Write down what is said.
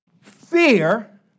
Fear